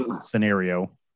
scenario